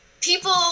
people